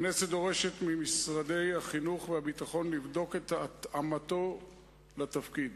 הכנסת דורשת ממשרדי החינוך והביטחון לבדוק את התאמתו לתפקיד.